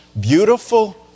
beautiful